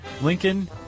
Lincoln